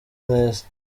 neza